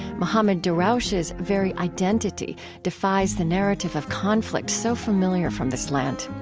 mohammad darawshe's very identity defies the narrative of conflict so familiar from this land.